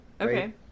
Okay